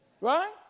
Right